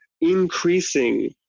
increasing